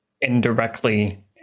indirectly